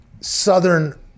southern